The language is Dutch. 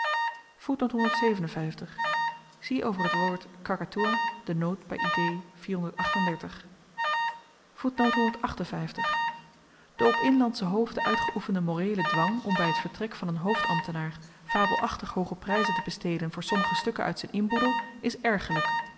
over t woord kaka toea de de op inlandsche hoofden uitgeoefende moreele dwang om by t vertrek van n hoofdambtenaar fabelachtig hooge pryzen te besteden voor sommige stukken uit z'n inboedel is